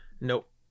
nope